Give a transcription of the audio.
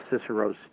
Cicero's